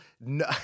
no